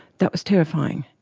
that was terrifying.